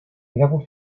irakur